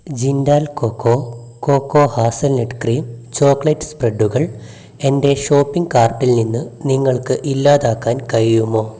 Jindal cocoa cocoa hazelnut cream chocolate സ്പ്രെഡുകൾ എന്റെ shopping കാർട്ടിൽ നിന്ന് നിങ്ങൾക്ക് ഇല്ലാതാക്കാൻ കഴിയുമോ